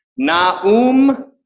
Na'um